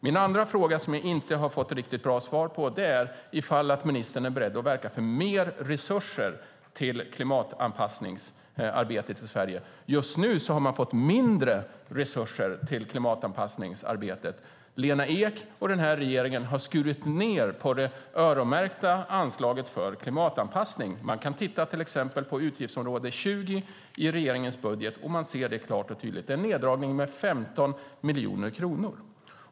Min andra fråga, som jag inte har fått ett riktigt bra svar på, är om ministern är beredd att verka för mer resurser till klimatanpassningsarbetet i Sverige. Man har fått mindre resurser till klimatanpassningsarbetet. Lena Ek och regeringen har skurit ned på det öronmärkta anslaget för klimatanpassning. Vi kan till exempel titta på utgiftsområde 20 i regeringens budget och se det klart och tydligt. Det är en neddragning med 15 miljoner kronor.